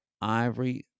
Ivory